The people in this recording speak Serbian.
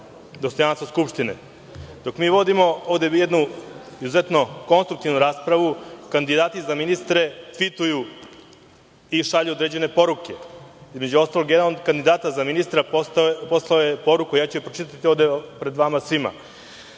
Narodne skupštine. Dok mi vodimo ovde izuzetno konstruktivnu raspravu, kandidati za ministre tvituju i šalju određene poruke. Između ostalog, jedan od kandidata za ministra poslao je poruku i pročitaću je ovde pred vama svima.